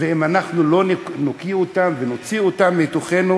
ואם אנחנו לא נוקיע אותם ונוציא אותם מתוכנו,